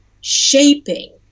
shaping